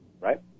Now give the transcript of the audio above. right